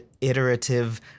iterative